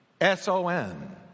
S-O-N